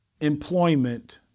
employment